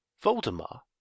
Voldemar